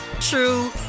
true